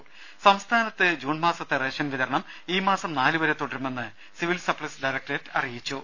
ദരദ സംസ്ഥാനത്ത് ജൂൺ മാസത്തെ റേഷൻ വിതരണം ഈ മാസം നാലു വരെ തുടരുമെന്ന് സിവിൽ സപ്ലൈസ് ഡയറക്ടറേറ്റ് അറിയിച്ചു